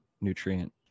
nutrient